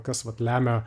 kas vat lemia